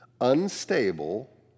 unstable